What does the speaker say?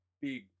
big